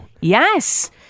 Yes